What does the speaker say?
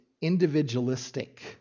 individualistic